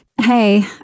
Hey